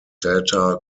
data